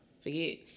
Forget